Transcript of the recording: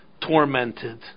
tormented